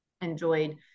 enjoyed